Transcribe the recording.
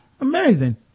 amazing